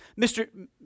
Mr